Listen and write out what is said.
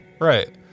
right